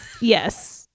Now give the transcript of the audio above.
yes